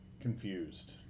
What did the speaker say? Confused